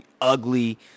ugly